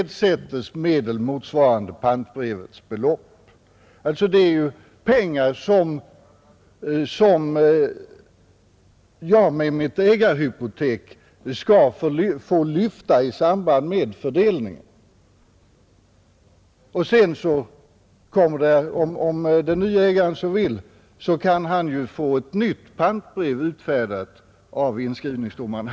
Det är pengar som jag med mitt ägarhypotek skall få lyfta i samband med fördelningen. Om den nye ägaren så vill kan han ju få ett nytt pantbrev utfärdat av inskrivningsdomaren.